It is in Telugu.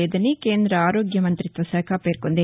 లేదని కేంద్రద ఆరోగ్య మంతిత్వ శాఖ పేర్కొంది